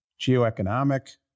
Geoeconomic